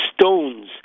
stones